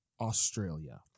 Australia